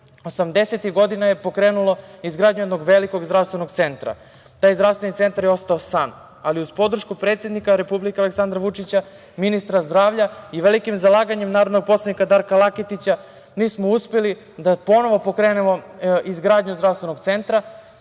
80-ih godina je pokrenulo izgradnju jednog velikog zdravstvenog centra. Taj zdravstveni centar je ostao sam, ali uz podršku predsednika Republike Aleksandra Vučića, ministra zdravlja i velikim zalaganjem narodno poslanika Darka Laketića mi smo uspeli da ponovo pokrenemo izgradnju zdravstvenog centra,